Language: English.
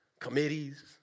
committees